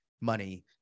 money